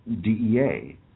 DEA